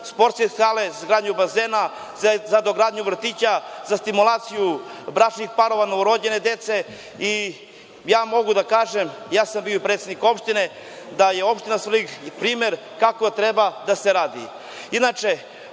sportske hale, za izgradnju bazena, za dogradnju vrtića, za stimulaciju bračnih parova novorođene dece. Mogu da kažem, bio sam i predsednik opštine, da je opština Svrljig primer kako treba da se